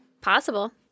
possible